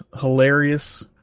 hilarious